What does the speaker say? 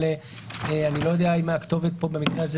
אבל אני לא יודע אם הכתובת במקרה הזה